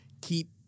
keep